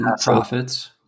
profits